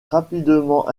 rapidement